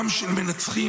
עם של מנצחים.